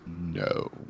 No